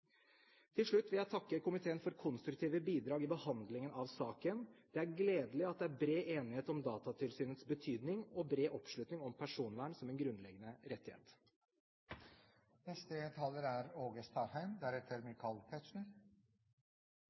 Til slutt vil jeg takke komiteen for konstruktive bidrag i behandlingen av saken. Det er gledelig at det er bred enighet om Datatilsynets betydning og bred oppslutning om personvern som en grunnleggende rettighet. Framstegspartiet merkar seg at Datatilsynet er